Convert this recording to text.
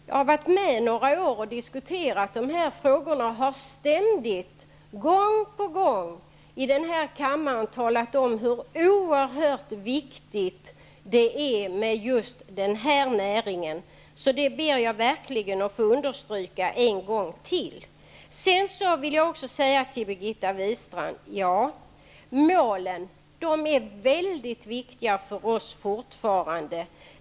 Jag har varit med i några år och diskuterat de här frågorna och har ständigt, gång på gång, i den här kammaren talat om hur oerhört viktig just den här näringen är. Detta ber jag verkligen att få understryka en gång till. Målen är fortfarande mycket viktiga för oss, Birgitta Wistrand.